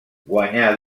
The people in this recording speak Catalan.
guanyà